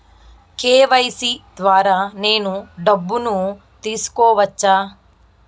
KYC ద్వారా నేను డబ్బును తీసుకోవచ్చా?